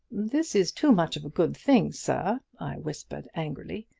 this is too much of a good thing, sir, i whispered angrily.